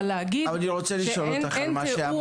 אבל להגיד שאין תיאום --- אני רוצה לשאול אותך על מה שאמרת.